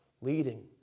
leading